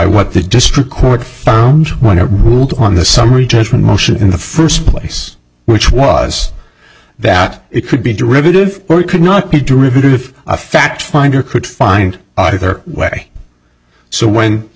what the district court found when her on the summary judgment motion in the first place which was that it could be derivative or could not be derivative a fact finder could find either way so when the